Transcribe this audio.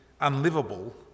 unlivable